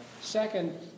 Second